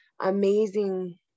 amazing